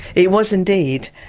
it was indeed.